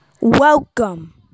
Welcome